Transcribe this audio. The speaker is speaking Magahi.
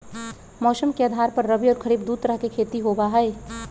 मौसम के आधार पर रबी और खरीफ दु तरह के खेती होबा हई